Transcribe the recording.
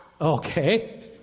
Okay